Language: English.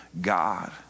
God